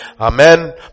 Amen